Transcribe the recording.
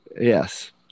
Yes